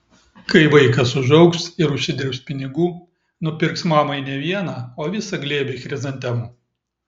kai vaikas užaugs ir užsidirbs pinigų nupirks mamai ne vieną o visą glėbį chrizantemų